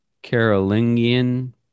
Carolingian